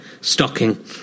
stocking